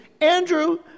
Andrew